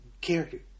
character